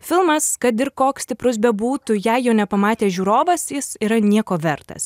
filmas kad ir koks stiprus bebūtų jei jo nepamatė žiūrovas jis yra nieko vertas